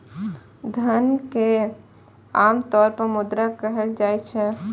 धन कें आम तौर पर मुद्रा कहल जाइ छै